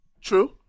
True